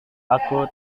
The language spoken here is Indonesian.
aku